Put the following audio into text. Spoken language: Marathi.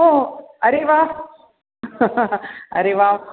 ओ अरे वाह अरे वाह